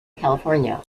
california